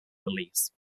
release